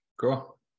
Cool